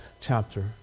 chapter